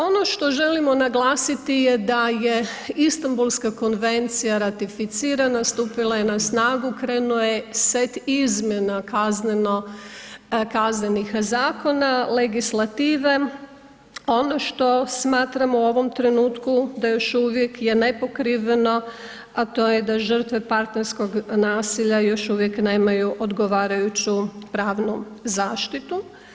Ono što želimo naglasiti je da je Istanbulska konvencija ratificirana, stupila je na snagu, krenuo je set izmjena kaznenih zakona, legislative, ono što smatram u ovom trenutku da još uvijek je nepokriveno a to je da žrtve partnerskog nasilja još uvijek nemaju odgovarajuću pravnu zaštitu.